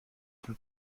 von